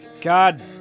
god